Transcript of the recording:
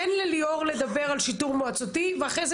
תן לליאור לדבר על שיטור מועצתי ואחרי זה